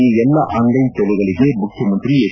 ಈ ಎಲ್ಲ ಆನ್ಲೈನ್ ಸೇವೆಗಳಗೆ ಮುಖ್ಯಮಂತ್ರಿ ಎಚ್